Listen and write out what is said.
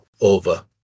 over